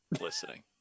listening